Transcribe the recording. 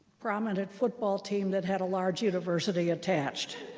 prominent football team that had a large university attached.